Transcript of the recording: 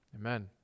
Amen